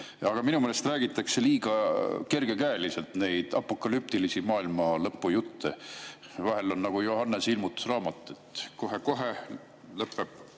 Aga minu meelest räägitakse liiga kergekäeliselt neid apokalüptilisi maailmalõpu jutte. Vahel on nagu Johannese ilmutusraamat, et kohe-kohe lõpeb